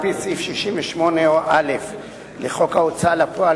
על-פי סעיף 68א לחוק ההוצאה לפועל,